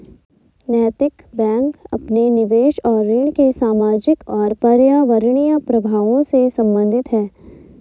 नैतिक बैंक अपने निवेश और ऋण के सामाजिक और पर्यावरणीय प्रभावों से संबंधित है